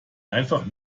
einfach